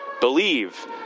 believe